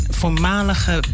voormalige